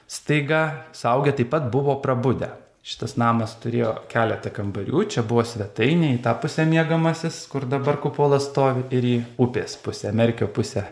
staiga suaugę taip pat buvo prabudę šitas namas turėjo keletą kambarių čia buvo svetainė į tą pusę miegamasis kur dabar kupolas stovi ir į upės pusę merkio pusę